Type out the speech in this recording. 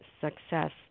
success